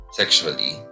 sexually